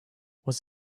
was